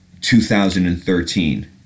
2013